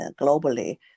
globally